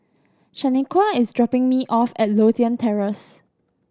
Shanequa is dropping me off at Lothian Terrace